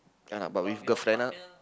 ya lah but with girlfriend ah